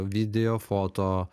video foto